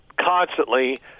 constantly